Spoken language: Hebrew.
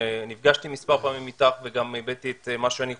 שנפגשתי מספר פעמים איתך וגם הבעתי את מה שאני חושב.